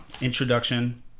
introduction